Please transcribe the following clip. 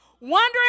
wondering